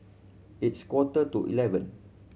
its quarter to eleven